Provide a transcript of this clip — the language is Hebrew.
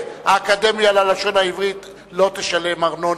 האקדמיה ללשון העברית לא תשלם ארנונה.